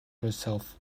herself